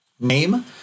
name